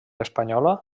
espanyola